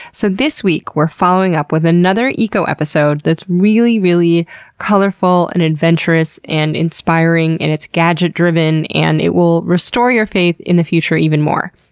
so this week we're following up with another eco-episode that's really, really colorful, and adventurous, and inspiring, and it's gadget-driven, and it will restore your faith in the future even more.